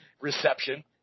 reception